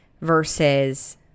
versus